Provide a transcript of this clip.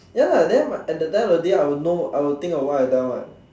ya lah then at the time of the day I would know I would think of what I have done [what]